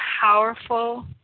powerful